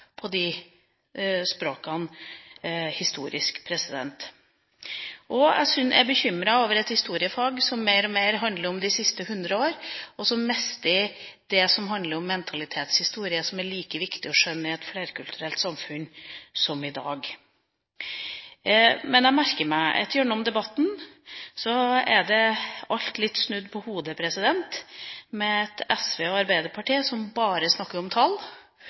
på disse språkene. Jeg er også bekymret over et historiefag som mer og mer handler om de siste hundre år, og som mister det som handler om mentalitetshistorie, som er like viktig å skjønne i et flerkulturelt samfunn som vi har i dag. Men jeg merker meg at gjennom debatten er alt litt snudd på hodet – med et SV og arbeiderparti som bare snakker om tall